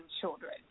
children